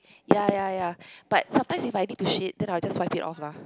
ya ya ya but sometimes if I need to shit then I'll just wipe it off lah